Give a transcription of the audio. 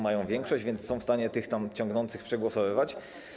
Mają większość, więc są w stanie tych tam ciągnących przegłosowywać.